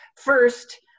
First